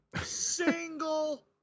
single